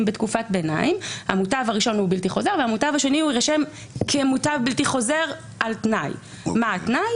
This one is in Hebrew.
בתקופת ביניים: המוטב הראשון כמוטב בלתי חוזר והמוטב השני